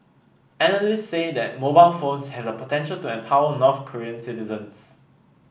analysts say that mobile phones has the potential to empower North Korean citizens